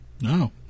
No